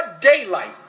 daylight